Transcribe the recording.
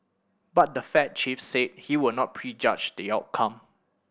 but the Fed chief said he would not prejudge the outcome